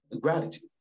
gratitude